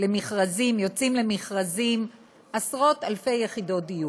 למכרזים עשרות אלפי יחידות דיור,